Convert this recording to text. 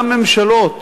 גם ממשלות